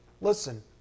Listen